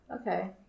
okay